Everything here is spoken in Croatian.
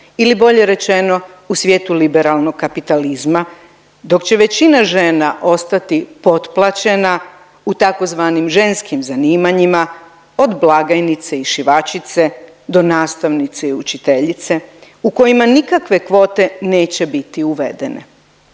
ili bolje rečeno u svijetu liberalnog kapitalizma dok će većina žena ostati potplaćena u tzv. ženskim zanimanjima od blagajnice i šivačice do nastavnice i učiteljice u kojima nikakve kvote neće biti uvedene.